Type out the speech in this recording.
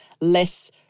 less